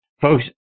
Folks